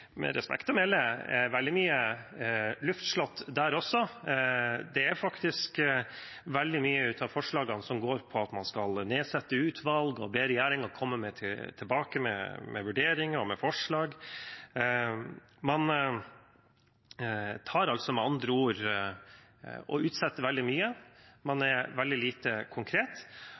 med respekt å melde – veldig mye luftslott der også. Det er veldig mange av forslagene som går på at man skal nedsette utvalg, man ber regjeringen komme tilbake med vurderinger og forslag. Man utsetter altså med andre ord veldig mye, man er veldig lite konkret.